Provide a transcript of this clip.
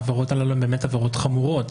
אלה באמת עבירות חמורות.